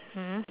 mmhmm